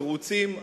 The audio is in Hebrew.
תירוצים.